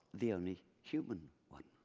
the only human one.